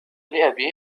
لأبي